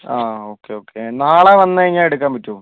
ആ okay okay നാളെ വന്നുകഴിഞ്ഞാൽ എടുക്കാൻ പറ്റുവോ